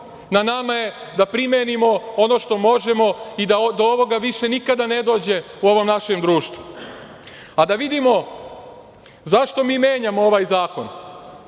na nama je da primenimo ono što možemo i da do ovoga više nikada ne dođe u ovom našem društvu. Da vidimo zašto mi menjamo ovaj zakon?